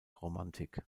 romantik